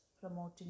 promoting